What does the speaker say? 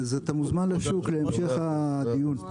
אז אתה מוזמן לשוק להמשך הדיון.